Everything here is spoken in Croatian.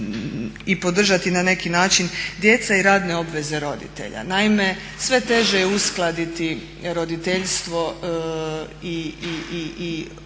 i podržati na neki način djeca i radne obveze roditelja. Naime, sve teže je uskladiti roditeljstvo i obveze